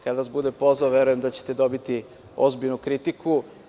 Kada vas bude pozvao verujem da ćete dobiti ozbiljnu kritiku.